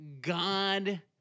God